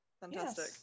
fantastic